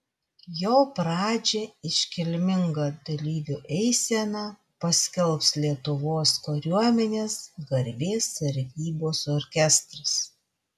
jo pradžią iškilminga dalyvių eisena paskelbs lietuvos kariuomenės garbės sargybos orkestras